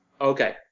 okay